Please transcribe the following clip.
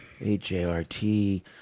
H-A-R-T